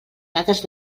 dades